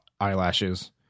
eyelashes